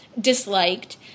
disliked